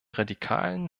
radikalen